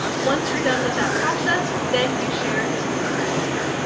once you're done with that process, then you share it with your students.